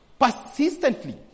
persistently